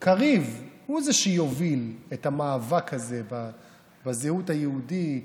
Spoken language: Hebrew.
הייתי מצפה שקריב הוא שיוביל את המאבק הזה בזהות היהודית,